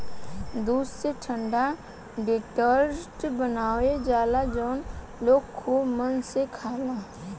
दूध से ठंडा डेजर्ट बनावल जाला जवन लोग खुबे मन से खाला